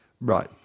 right